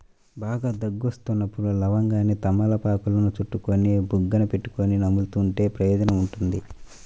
బాగా దగ్గు వస్తున్నప్పుడు లవంగాన్ని తమలపాకులో చుట్టుకొని బుగ్గన పెట్టుకొని నములుతుంటే ప్రయోజనం ఉంటుంది